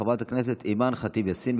חברת הכנסת אימאן ח'טיב יאסין,